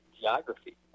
Geography